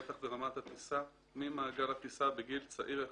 בטח ברמת הטיסה ממעגל הטיסה בגיל צעיר יחסית,